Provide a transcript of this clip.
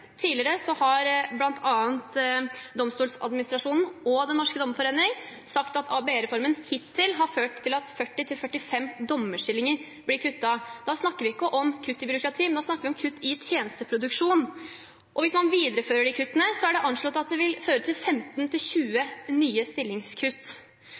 Tidligere har bl.a. Domstoladministrasjonen og Den norske Dommerforening sagt at ABE-reformen hittil har ført til at 40–45 dommerstillinger blir kuttet. Da snakker vi ikke om kutt i byråkratiet, men om kutt i tjenesteproduksjonen. Hvis man viderefører de kuttene, er det anslått at det vil føre til 15–20 nye stillingskutt. Da er mitt spørsmål igjen: Hva får statsråden til